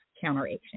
counteraction